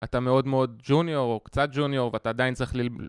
אתה מאוד מאוד ג'וניור או קצת ג'וניור ואתה עדיין צריך ל...